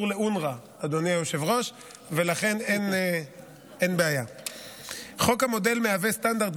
התשפ"ד 2024. מטרת הצעת החוק,